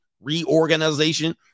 reorganization